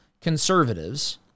conservatives